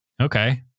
okay